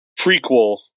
prequel